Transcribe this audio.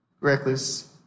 reckless